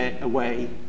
away